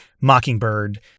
mockingbird